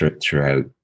throughout